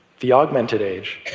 the augmented age,